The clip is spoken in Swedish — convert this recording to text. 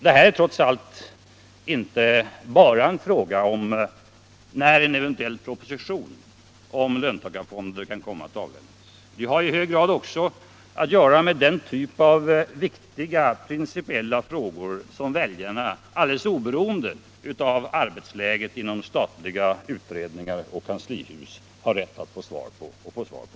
Detta är trots allt inte bara en fråga om när en eventuell proposition om löntagarfonder kan komma att avlämnas. Det har i hög grad att göra med den typ av viktiga principiella frågor som väljarna oberoende av arbetsläget inom statliga utredningar och kanslihus har rätt att få svar på.